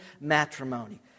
matrimony